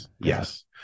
Yes